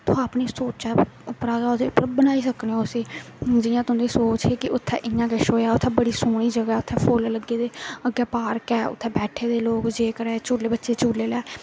तुसें अपनी सोचा उप्पर गै ओह् बनाई सकने ओ उसी जियां तुंदी सोच ही कि उत्थै इ'यां गै किश होएआ उत्थै बड़ी सोह्नी जगह ऐ उत्थै फुल्ल लगे दे अग्गें पार्क ऐ उत्थै बैठे दे लोक जे करा दे झूले बच्चे बच्चे झूले लै दे